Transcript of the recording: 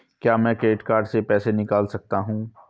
क्या मैं credit card से पैसे निकाल सकता हूँ?